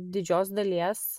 didžios dalies